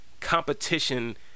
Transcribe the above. Competition